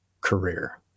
career